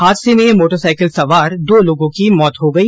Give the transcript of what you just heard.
हादसे में मोटरसाइकिल सवार दो लोगों की मौत हो गई